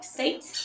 State